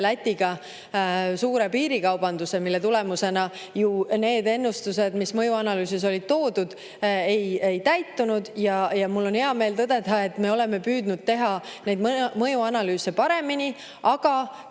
Lätiga suure piirikaubanduse, mille tulemusena need ennustused, mis mõjuanalüüsis olid toodud, ju ei täitunud. Mul on hea meel tõdeda, et me oleme püüdnud teha mõjuanalüüse paremini. Kas